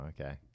okay